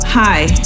Hi